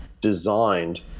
designed